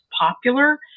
popular